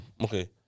okay